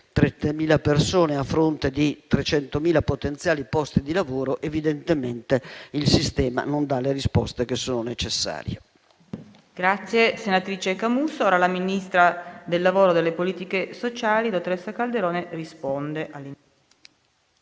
30.000 persone a fronte di 300.000 potenziali posti di lavoro, evidentemente il sistema non dà le risposte che sono necessarie. PRESIDENTE. Il ministro del lavoro e delle politiche sociali, dottoressa Calderone, ha